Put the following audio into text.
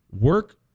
work